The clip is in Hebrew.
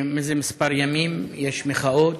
זה כמה ימים יש מחאות,